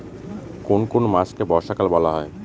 কোন কোন মাসকে বর্ষাকাল বলা হয়?